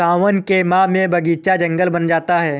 सावन के माह में बगीचा जंगल बन जाता है